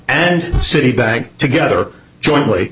and citibank together jointly